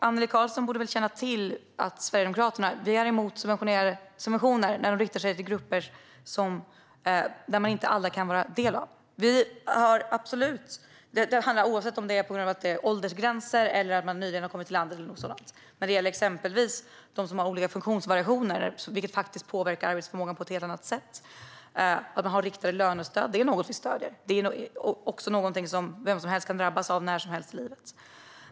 Annelie Karlsson borde känna till att Sverigedemokraterna är emot subventioner som inte alla kan få del av, oavsett om det handlar om åldersgränser, att man nyligen har kommit till landet eller något sådant. Riktade lönestöd till dem som har olika funktionsvariationer, vilket påverkar arbetsförmågan på ett helt annat sätt, stöder vi. Det är något som vem som helst kan drabbas av när som helst i livet.